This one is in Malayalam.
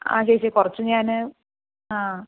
ആ ചേച്ചി കുറച്ച് ഞാൻ